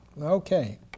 Okay